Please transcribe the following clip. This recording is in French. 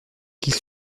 qu’ils